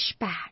pushback